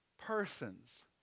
Persons